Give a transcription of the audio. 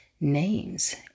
names